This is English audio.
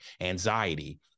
anxiety